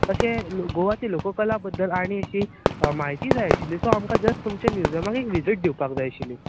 अशें गोवाची लोक कला बद्दल आनी म्हायती जाय आशिल्ली सो आमकां जस्ट तुमच्या म्युजियमाक एक विजीट दिवपाक जय आशिल्ली